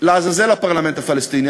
לעזאזל הפרלמנט הפלסטיני,